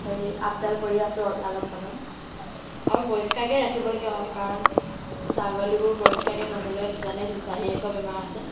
হেৰি আপডাল কৰি আছোঁ আৰু লালন পালন আৰু পৰিষ্কাৰকৈ ৰাখিবলগীয়া হয় কাৰণ ছাগলীবোৰ পৰিষ্কাৰকৈ নথ'লে জানেইতো চাঁহিয়ে খোৱা বেমাৰ আছে